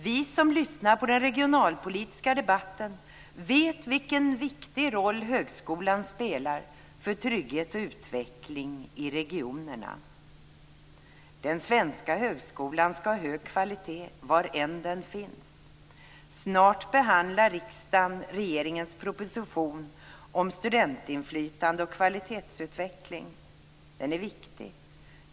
Vi som lyssnar på den regionalpolitiska debatten vet vilken viktig roll högskolan spelar för trygghet och utveckling i regionerna. Den svenska högskolan ska ha hög kvalitet var än den finns. Snart behandlar riksdagen regeringens proposition om studentinflytande och kvalitetsutveckling. Den är viktig.